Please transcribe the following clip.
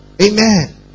Amen